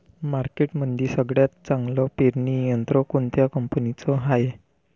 मार्केटमंदी सगळ्यात चांगलं पेरणी यंत्र कोनत्या कंपनीचं हाये?